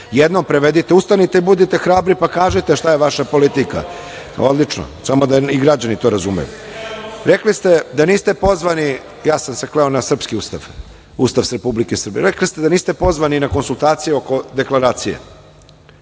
Jednom prevedite, ustanite i budite hrabri, pa kažite šta je vaša politika. Odlično, samo da i građani to razumeju. Rekli ste da niste pozvani. Ja sam se kleo na srpski Ustav, Ustav Republike Srbije. Rekli ste niste pozvani na konsultacije oko deklaracije,